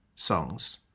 songs